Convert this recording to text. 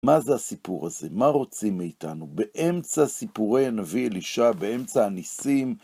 מה זה הסיפור הזה? מה רוצים מאיתנו? באמצע סיפורי הנביא אלישע, באמצע הניסים...